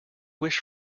wish